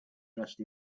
dressed